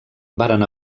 varen